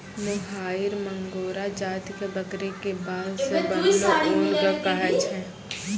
मोहायिर Angora जाति के बकरी के बाल सॅ बनलो ऊन कॅ कहै छै